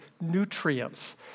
nutrients